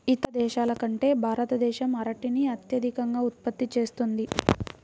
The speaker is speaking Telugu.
ఇతర దేశాల కంటే భారతదేశం అరటిని అత్యధికంగా ఉత్పత్తి చేస్తుంది